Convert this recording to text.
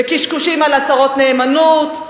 בקשקושים על הצהרות נאמנות,